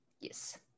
Yes